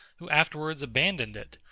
who afterwards abandoned it,